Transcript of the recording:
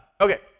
Okay